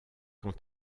quand